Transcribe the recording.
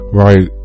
right